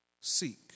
Seek